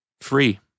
Free